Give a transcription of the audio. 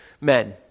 men